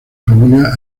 familia